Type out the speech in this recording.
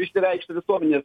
išsireikšti visuomenės